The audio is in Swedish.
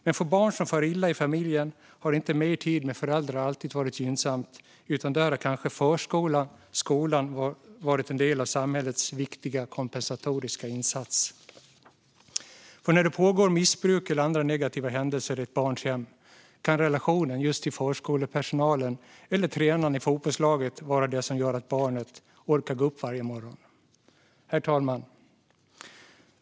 Men för barn som far illa i familjen har inte mer tid med föräldrarna alltid varit gynnsamt, utan där har kanske förskolan och skolan varit en del av samhällets viktiga kompensatoriska insats. När det pågår missbruk eller andra negativa händelser i ett barns hem kan relationen till förskolepersonalen eller tränaren i fotbollslaget vara det som gör att barnet orkar gå upp varje morgon. Herr talman!